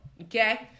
Okay